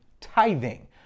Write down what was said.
tithing